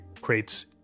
creates